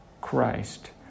Christ